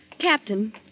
Captain